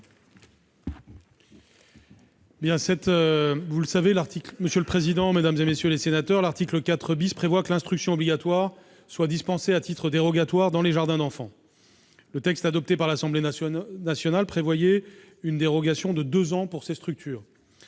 à M. le ministre. L'article 4 dispose que l'instruction obligatoire peut être dispensée à titre dérogatoire dans les jardins d'enfants. Le texte adopté par l'Assemblée nationale prévoyait une dérogation de deux ans. Votre